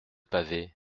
pavé